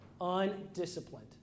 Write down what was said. undisciplined